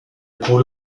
pour